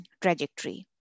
trajectory